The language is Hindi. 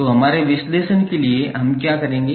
तो हमारे विश्लेषण के लिए हम क्या करेंगे